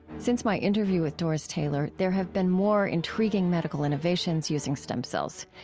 since my interview with doris taylor, there have been more intriguing medical innovations using stem cells.